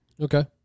Okay